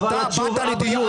כשאתה בא לדיון